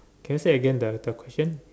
can you say again then the question